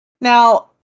Now